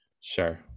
Sure